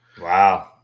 Wow